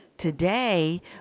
Today